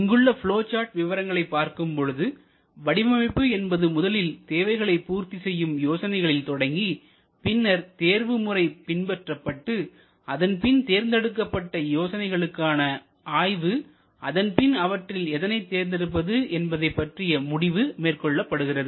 இங்குள்ள flow chart விவரங்களைப் பார்க்கும் பொழுது வடிவமைப்பு என்பது முதலில் தேவைகளை பூர்த்தி செய்யும் யோசனைகளில் தொடங்கி பின்னர் தேர்வு முறை பின்பற்றப்பட்டு அதன்பின் தேர்ந்தெடுக்கப்பட்ட யோசனை களுக்கான ஆய்வு அதன்பின் அவற்றில் எதனைத் தேர்தெடுப்பது என்பது பற்றிய முடிவு மேற்கொள்ளப்படுகிறது